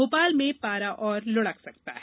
भोपाल में पारा और लुढ़क सकता है